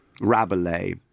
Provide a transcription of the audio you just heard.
Rabelais